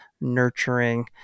nurturing